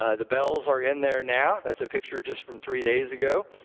ah the bells are in there now. that's a picture just from three days ago,